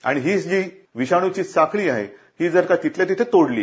आणि ही जी विषाणूची साखळी आहे ती जर का तिथल्या तिथे तोडली